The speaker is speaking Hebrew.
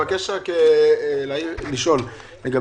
ב-2021 זו תהיה עלייה מ-414.5